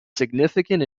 significant